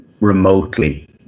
remotely